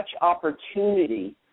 opportunity